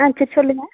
ஆ சரி சொல்லுங்கள்